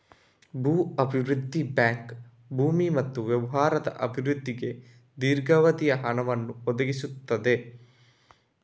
ಭೂ ಅಭಿವೃದ್ಧಿ ಬ್ಯಾಂಕ್ ಭೂಮಿ ಮತ್ತು ವ್ಯವಹಾರದ ಅಭಿವೃದ್ಧಿಗೆ ದೀರ್ಘಾವಧಿಯ ಹಣವನ್ನು ಒದಗಿಸುತ್ತದೆ